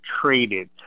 traded